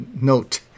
note